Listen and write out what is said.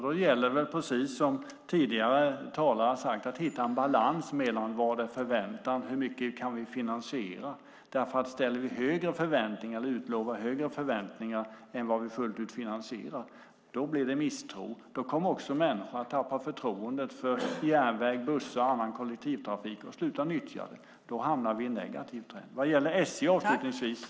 Då gäller det, precis som tidigare talare sagt, att hitta en balans mellan vad som är förväntan och hur mycket vi kan finansiera. Utlovar vi mer än vad vi fullt ut kan finansiera blir det misstro. Då kommer människor att tappa förtroendet för järnväg, bussar och annan kollektivtrafik och sluta nyttja den. Då hamnar vi i en negativ trend.